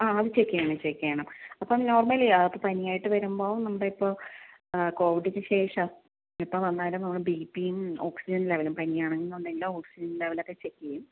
ആ അത് ചെക്ക് ചെയ്യണം ചെക്ക് ചെയ്യണം അപ്പോൾ നോർമലി ഒരാൾക്ക് പനിയായിട്ട് വരുമ്പോൾ നമ്മളിപ്പോൾ കോവിഡിന് ശേഷം എപ്പോൾ വന്നാലും നമ്മൾ ബി പിയും ഓക്സിജൻ ലെവലും പനിയാണെന്നുണ്ടെങ്കിൽ ഓക്സിജൻ ലെവലൊക്കെ ചെക്ക് ചെയ്യും